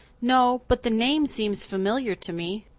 no, but the name seems familiar to me.